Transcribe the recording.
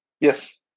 Yes